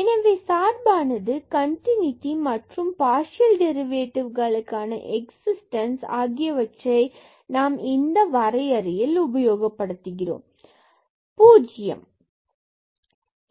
எனவே சார்பானது கண்டினூட்டி மற்றும் பார்சியல் டெரிவேட்டிவ்களுக்கான எக்ஸிஸ்டன்ஸ் ஆகியவற்றை நாம் இந்த வரையறையில் உபயோகப்படுத்துகிறோம் o